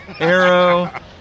Arrow